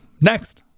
Next